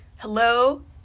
Hello